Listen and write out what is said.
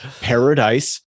paradise